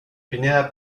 pineda